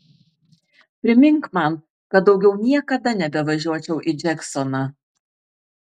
primink man kad daugiau niekada nebevažiuočiau į džeksoną